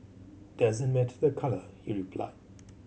doesn't matter the colour he replied